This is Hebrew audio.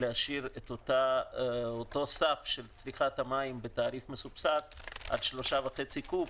להשאיר את אותו סף של צריכת המים בתעריף מסובסד על 3.5 קוב